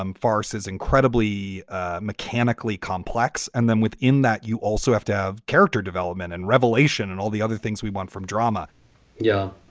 um farce is incredibly mechanically complex. and then within that, you also have to have character development and revelation and all the other things we want from drama yeah.